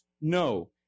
No